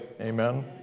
Amen